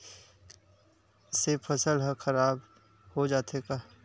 से फसल ह खराब हो जाथे का?